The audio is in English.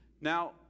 Now